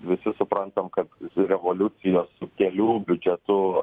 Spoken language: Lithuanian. visi suprantam kad revoliucijos kelių biudžetu